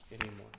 anymore